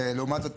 ולעומת זאת,